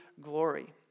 glory